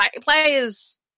players